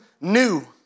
new